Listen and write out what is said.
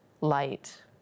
light